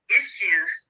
issues